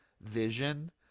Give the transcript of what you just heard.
vision